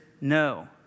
no